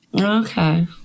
Okay